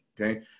okay